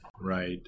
Right